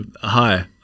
Hi